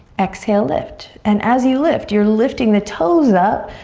exhale lift. and as you lift, you're lifting the toes up,